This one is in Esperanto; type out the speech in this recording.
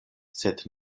sed